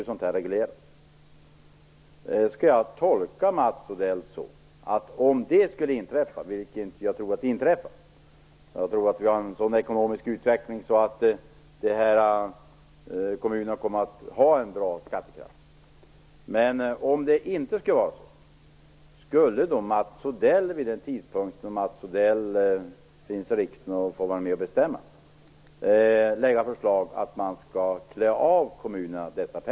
År 1999 skall detta regleras. Jag tror att vi kommer att ha en sådan ekonomisk utveckling att kommunerna kommer att ha en bra skattekraft. Men om det inte skulle vara så, skulle då Mats Odell vid den tidpunkten, om Mats Odell finns i riksdagen och får vara med och bestämma, lägga förslag om att man skall klä av kommunerna dessa pengar?